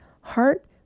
heart